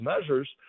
measures